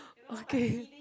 okay